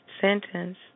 sentence